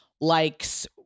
likes